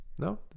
No